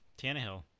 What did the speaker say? Tannehill